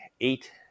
eight